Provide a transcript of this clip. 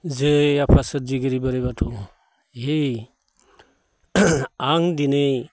जै आफा सोरजिगिरि बोराइ बाथौ है आं दिनै